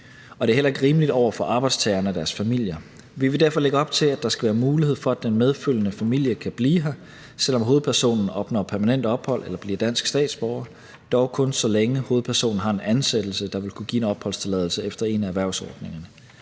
Og det er heller ikke rimeligt over for arbejdstagerne og deres familier. Vi vil derfor lægge op til, at der skal være mulighed for, at den medfølgende familie kan blive her, selv om hovedpersonen opnår permanent ophold eller bliver dansk statsborger, dog kun så længe hovedpersonen har en ansættelse, der vil kunne give en opholdstilladelse efter en af erhvervsordningerne.